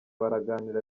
baraganira